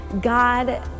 God